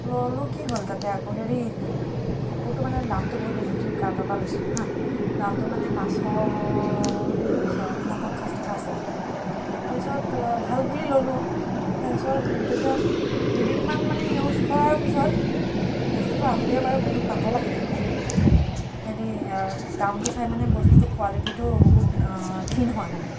ল'লোঁ কি হ'ল আকৌ তাতে হেৰি কাপোৰটো মানে দামটো বহুত বেছি ফ্লিপকাৰ্টৰ পৰা লৈছিলোঁ হা দামটো মানে পাঁচশ হেৰি ছ ঊনপঞ্চাশ টকা আছিলে তাৰপিছত ভাল বুলি ল'লোঁ তাৰপিছত যেতিয়া দুদিনমান মানে ইউজ কৰাৰ পিছত বস্তুটো আহোঁতে বাৰু বহুত পাতল আহিলে মানে হেৰি দামটো চাই মানে বস্তুটো কুৱালিটিটো বহুত থিন হয় মানে